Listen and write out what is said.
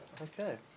Okay